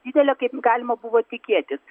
didelė kaip galima buvo tikėtis